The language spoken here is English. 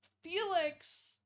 Felix